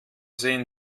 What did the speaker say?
sehen